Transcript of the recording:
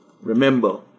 Remember